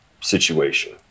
situation